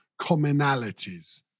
commonalities